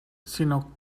sino